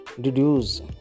deduce